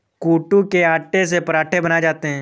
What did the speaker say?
कूटू के आटे से पराठे बनाये जाते है